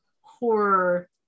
horror